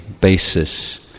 basis